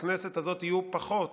בכנסת הזאת יהיו פחות